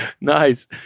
Nice